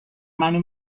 منو